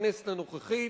בכנסת הנוכחית,